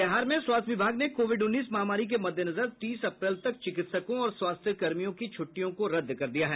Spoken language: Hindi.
बिहार में स्वास्थ्य विभाग ने कोविड उन्नीस महामारी के मद्देनजर तीस अप्रैल तक चिकित्सकों और स्वास्थ्य कर्मियों की छुट्टियों को रद्द कर दिया है